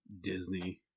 Disney